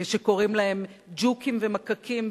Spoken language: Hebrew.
כשקוראים להם ג'וקים ומקקים,